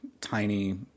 tiny